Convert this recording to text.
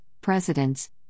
presidents